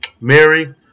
Mary